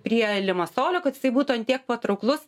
prie limasolio kad jisai būtų ant tiek patrauklus